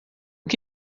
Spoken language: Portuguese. que